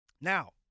Now